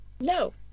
No